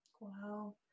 Wow